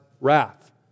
wrath